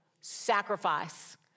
sacrifice